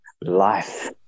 life